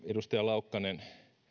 edustaja laukkanen